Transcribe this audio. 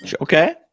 Okay